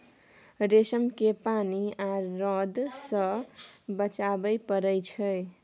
रेशम केँ पानि आ रौद सँ बचाबय पड़इ छै